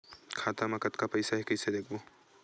खाता मा कतका पईसा हे कइसे देखबो?